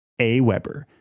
Aweber